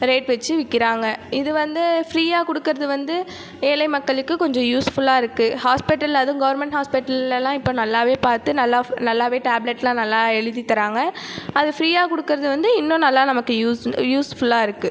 rate வெச்சு விற்குறாங்க இது வந்து ஃப்ரீயாக கொடுக்குறது வந்து ஏழை மக்களுக்கு கொஞ்சம் யூஸ்ஃபுல்லாக இருக்குது ஹாஸ்பிட்டலில் அதுவும் கவர்ன்மெண்ட் ஹாஸ்பிட்டல்லெலாம் இப்போ நல்லாவே பாத்து நல்லா நல்லாவே டேப்லெட்லாம் நல்லா எழுதி தராங்க அது ஃப்ரீயாக கொடுக்குறது வந்து இன்னும் நல்லா நமக்கு யூஸ் யூஸ்ஃபுல்லாக இருக்குது